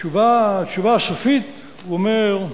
בתשובה הסופית הוא אומר: